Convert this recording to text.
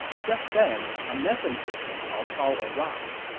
just then, a messenger from cao cao arrived.